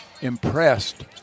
impressed